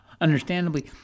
understandably